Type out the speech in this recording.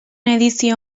edizio